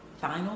final